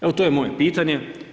Evo to je moje pitanje.